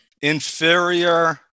inferior